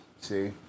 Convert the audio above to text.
See